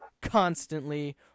constantly